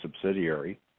subsidiary